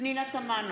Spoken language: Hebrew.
פנינה תמנו,